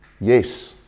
Yes